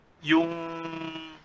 Yung